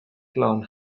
clone